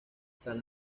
san